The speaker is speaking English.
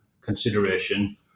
consideration